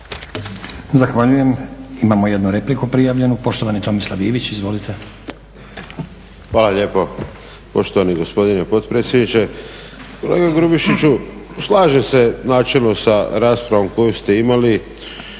Zahvaljujem. Imamo jednu repliku prijavljenu. Poštovani Tomislav Ivić, izvolite. **Ivić, Tomislav (HDZ)** Hvala lijepo poštovani gospodine potpredsjedniče. Kolega Grubišiću, slažem se načelno sa raspravom koju ste imali